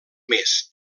més